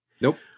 Nope